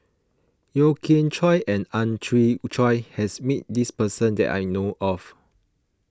Yeo Kian Chye and Ang Chwee Chai has met this person that I know of